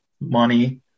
money